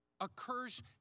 occurs